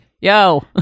yo